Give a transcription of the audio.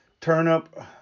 turnip